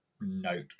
note